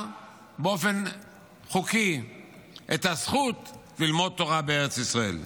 באופן חוקי את הזכות ללמוד תורה בארץ ישראל.